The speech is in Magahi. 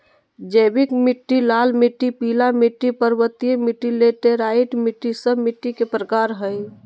जैविक मिट्टी, लाल मिट्टी, पीला मिट्टी, पर्वतीय मिट्टी, लैटेराइट मिट्टी, सब मिट्टी के प्रकार हइ